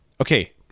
Okay